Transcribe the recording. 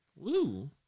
Woo